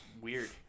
Weird